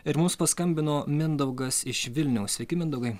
ir mums paskambino mindaugas iš vilniaus sveiki mindaugai